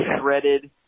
shredded